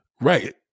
right